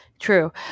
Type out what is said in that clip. True